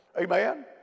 Amen